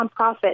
nonprofit